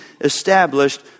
established